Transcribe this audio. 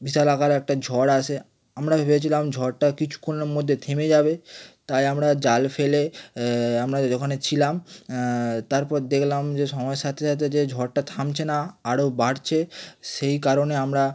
বিশাল আকারে একটা ঝড় আসে আমরা ভেবেছিলাম ঝড়টা কিছুক্ষণের মধ্যে থেমে যাবে তাই আমরা জাল ফেলে আমরা যে যে ওখানে ছিলাম তারপর দেখলাম যে সময়ের সাথে সাথে যে ঝড়টা থামছে না আরো বাড়ছে সেই কারণে আমরা